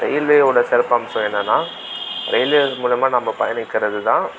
ரயில்வேவோட சிறப்பு அம்சம் என்னன்னா ரயில்வே மூலமாக நம்ம பயணிக்கிறதுதான்